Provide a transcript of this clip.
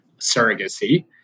surrogacy